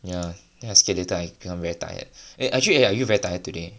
ya then I scared later I become very tired eh actually are you very tired today